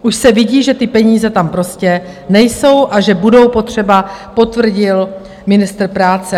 Už se vidí, že ty peníze tam prostě nejsou a že budou potřeba, potvrdil ministr práce.